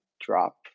drop